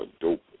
dope